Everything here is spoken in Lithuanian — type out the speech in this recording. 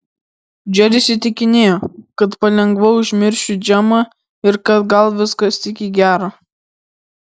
džeris įtikinėjo kad palengva užmiršiu džemą ir kad gal viskas tik į gera